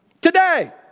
Today